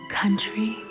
country